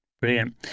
Brilliant